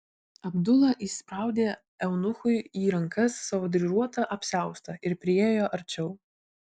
abdula įspraudė eunuchui į rankas savo dryžuotą apsiaustą ir priėjo arčiau